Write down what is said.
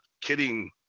kidding